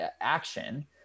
action